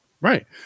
Right